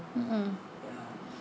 mm mm